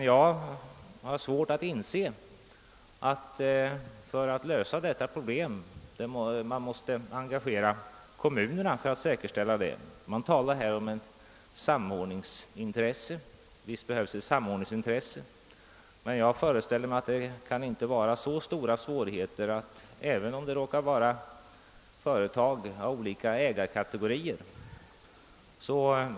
Jag har emellertid svårt att inse att kommunerna måste engageras för att säkerställa en sådan. Man talar om att det föreligger ett samordningsintresse, och det finns självfallet också ett behov av samordning. Jag föreställer mig dock att det inte kan vara så stora svårigheter förenade med att åstadkomma en sådan även om det råkar vara fråga om företag under olika ägarkategorier.